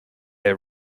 air